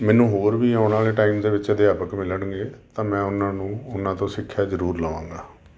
ਮੈਨੂੰ ਹੋਰ ਵੀ ਆਉਣ ਵਾਲੇ ਟਾਈਮ ਦੇ ਵਿੱਚ ਅਧਿਆਪਕ ਮਿਲਣਗੇ ਤਾਂ ਮੈਂ ਉਹਨਾਂ ਨੂੰ ਉਹਨਾਂ ਤੋਂ ਸਿੱਖਿਆ ਜ਼ਰੂਰ ਲਵਾਂਗਾ